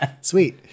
Sweet